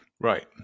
Right